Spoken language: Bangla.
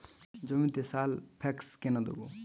জমিতে সালফেক্স কেন দেবো?